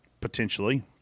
potentially